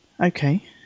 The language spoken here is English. Okay